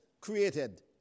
created